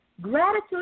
Gratitude